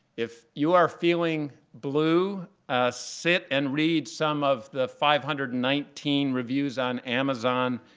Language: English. if you are feeling blue ah sit and read some of the five hundred and nineteen reviews on amazon.